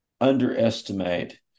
underestimate